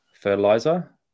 fertilizer